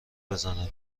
بزنه